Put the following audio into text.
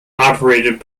operated